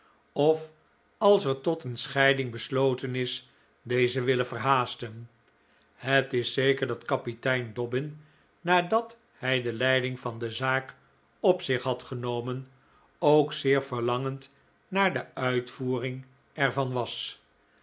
of als er tot een scheiding besloten is deze willen verhaasten het is zeker dat kapitein dobbin nadat hij de leiding van de zaak op zich had genomen ook zeer verlangend naar de uitvoering er van was